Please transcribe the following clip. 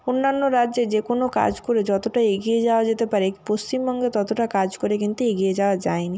অন্যান্য রাজ্যে যে কোনও কাজ করে যতটা এগিয়ে যাওয়া যেতে পারে পশ্চিমবঙ্গে ততটা কাজ করে কিন্তু এগিয়ে যাওয়া যায়নি